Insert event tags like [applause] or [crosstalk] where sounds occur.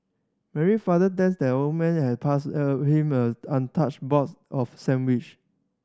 Mary father thanks the old man and passed [hesitation] him a untouched box of sandwich